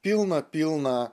pilną pilną